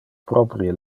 proprie